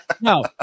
No